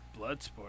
Bloodsport